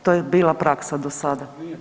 To je bila praksa do sada.